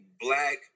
black